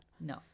No